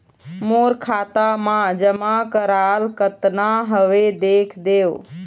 मोर खाता मा जमा कराल कतना हवे देख देव?